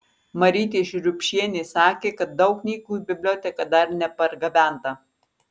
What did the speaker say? marytė šriubšienė sakė jog daug knygų į biblioteką dar nepargabenta